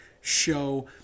show